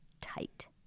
tight